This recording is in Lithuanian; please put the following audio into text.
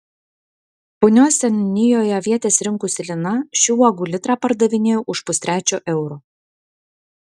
punios seniūnijoje avietes rinkusi lina šių uogų litrą pardavinėjo už pustrečio euro